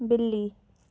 बिल्ली